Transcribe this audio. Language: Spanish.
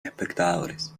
espectadores